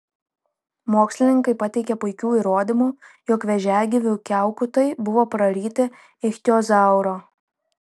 mokslininkai pateikė puikių įrodymų jog vėžiagyvių kiaukutai buvo praryti ichtiozauro